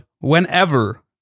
whenever